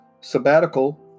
sabbatical